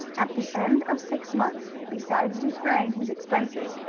at the end of six months, besides defraying his expenses,